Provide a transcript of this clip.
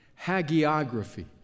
Hagiography